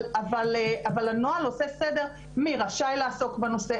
אבל הנוהל עושה סדר מי רשאי לעסוק בנושא,